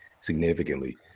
significantly